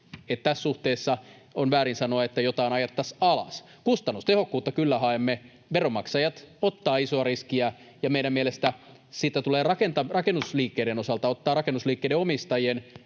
tässä suhteessa on väärin sanoa, että jotain ajettaisiin alas. Kustannustehokkuutta kyllä haemme. Veronmaksajat ottavat isoa riskiä, ja meidän mielestämme sitä tulee rakennusliikkeiden osalta ottaa rakennusliikkeiden omistajien.